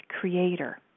creator